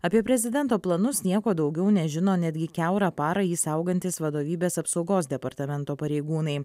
apie prezidento planus nieko daugiau nežino netgi kiaurą parą jį saugantys vadovybės apsaugos departamento pareigūnai